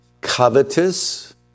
covetous